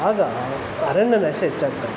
ಆಗ ಅರಣ್ಯ ನಾಶ ಹೆಚ್ಚಾಗ್ತಾಯಿತ್ತು